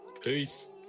Peace